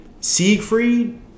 Siegfried